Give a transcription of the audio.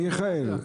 מיכאל,